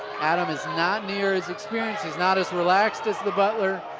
adam is not near as experienced. he's not as relaxed as the butler.